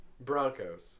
Broncos